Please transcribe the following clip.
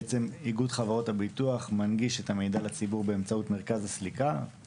איגוד חברות הביטוח מנגיש את המידע לציבור באמצעות מרכז הסליקה.